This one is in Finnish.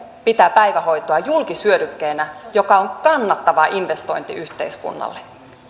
pitää päivähoitoa julkishyödykkeenä joka on kannattava investointi yhteiskunnalle